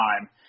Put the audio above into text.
time